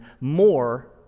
more